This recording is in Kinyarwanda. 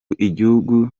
igihugu